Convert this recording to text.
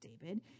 David